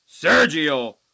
Sergio